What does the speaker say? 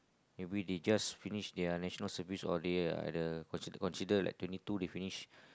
maybe they just finish their National Service or their the consider consider like twenty two they finish